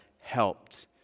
helped